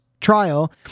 trial